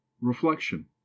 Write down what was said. Reflection